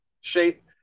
shape